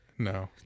No